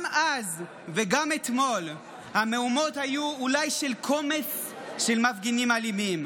גם אז וגם אתמול המהומות היו אולי של קומץ של מפגינים אלימים.